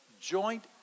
Joint